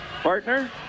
partner